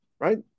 right